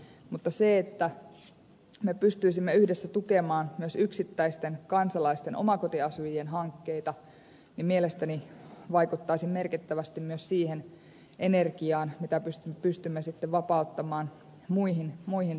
mutta se että me pystyisimme yhdessä tukemaan myös yksittäisten kansalaisten omakotiasujien hankkeita mielestäni vaikuttaisi merkittävästi myös siihen energiaan mitä pystymme sitten vapauttamaan muihin tarpeisiin